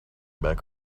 back